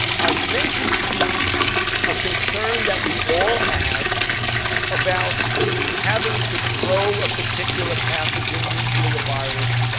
i've mentioned to you a concern that we all have about having to grow a particular pathogen, usually a virus,